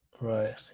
Right